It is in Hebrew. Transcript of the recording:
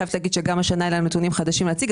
גם השנה אין לנו נתונים חדשים להציג,